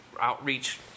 outreach